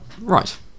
Right